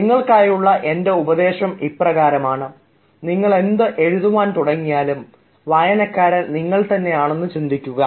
നിങ്ങൾക്കായുള്ള എൻറെ ഉപദേശം ഇപ്രകാരമാണ് നിങ്ങളെന്ത് എഴുതുവാൻ തുടങ്ങിയാലും വായനക്കാരൻ നിങ്ങൾ തന്നെയാണെന്ന് ചിന്തിക്കുക